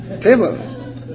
table